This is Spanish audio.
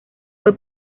fue